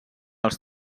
els